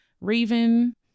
Raven